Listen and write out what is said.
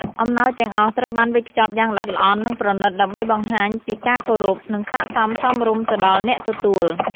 អំណោយទាំងអស់ត្រូវបានវេចខ្ចប់យ៉ាងល្អិតល្អន់ និងប្រណិត ដើម្បីបង្ហាញពីការគោរព និងកិតិ្ដសក្ដិសមរម្យទៅដល់អ្នកទទួល។